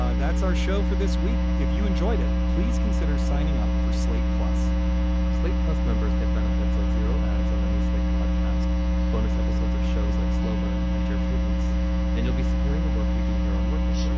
um that's our show for this week. if you enjoyed it, please consider signing up for slate plus slate plus, members get benefits like zero ads on any slate podcast bonus episodes of shows like slow burn and your prudence and you'll be supporting the work we do here on working.